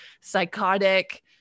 psychotic